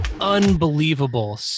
Unbelievable